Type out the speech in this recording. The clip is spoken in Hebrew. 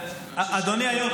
אדוני היו"ר,